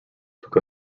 took